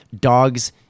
dogs